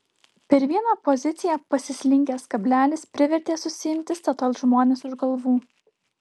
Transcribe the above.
per vieną poziciją pasislinkęs kablelis privertė susiimti statoil žmones už galvų